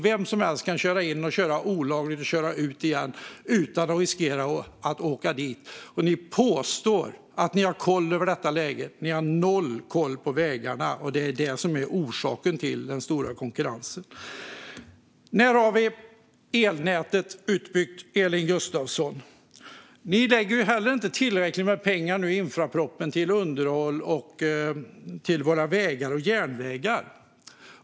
Vem som helst kan köra in, köra olagligt och köra ut igen utan att riskera att åka dit. Ni påstår att ni har koll på läget. Men ni har noll koll på vägarna, och det är orsaken till den stora konkurrensen. När är elnätet utbyggt, Elin Gustafsson? Ni lägger inte heller tillräckligt med pengar i infrastrukturpropositionen till underhåll av våra vägar och järnvägar.